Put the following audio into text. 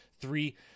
three